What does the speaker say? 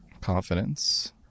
Confidence